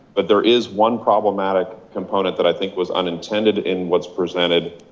but there is one problematic component that i think was unintended in what's presented.